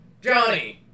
Johnny